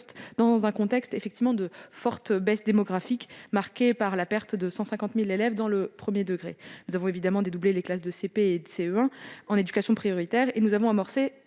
dans un contexte de forte baisse démographique, marqué par la perte de 150 000 élèves dans le premier degré. Nous avons dédoublé les classes de CP et de CE1 en éducation prioritaire et nous avons d'ores